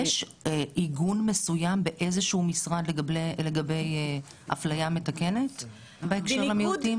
יש עיגון מסוים באיזשהו משרד לגבי אפליה מתקנת בהקשר המיעוטים?